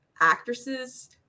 actresses